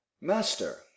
Master